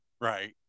right